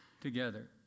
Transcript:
together